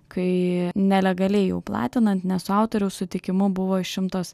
kai nelegaliai jau platinant ne su autoriaus sutikimu buvo išimtos